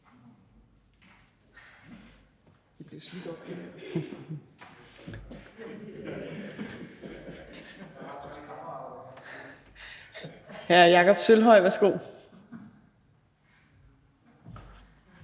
Hr. Jakob Sølvhøj, værsgo.